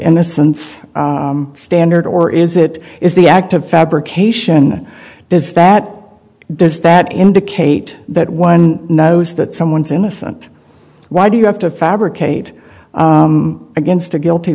innocence standard or is it is the act of fabrication does that does that indicate that one knows that someone's innocent why do you have to fabricate against a guilty